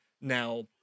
Now